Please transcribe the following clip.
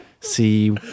see